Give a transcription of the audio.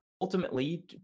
ultimately